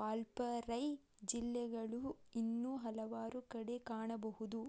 ವಾಲ್ಪಾರೈ ಜಿಲ್ಲೆಗಳು ಇನ್ನೂ ಹಲವಾರು ಕಡೆ ಕಾಣಬಹುದು